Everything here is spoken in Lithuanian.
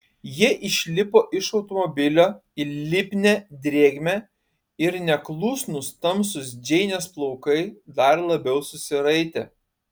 jie išlipo iš automobilio į lipnią drėgmę ir neklusnūs tamsūs džeinės plaukai dar labiau susiraitė